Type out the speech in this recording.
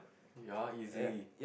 ya easily